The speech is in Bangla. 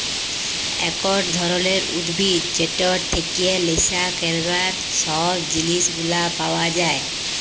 একট ধরলের উদ্ভিদ যেটর থেক্যে লেসা ক্যরবার সব জিলিস গুলা পাওয়া যায়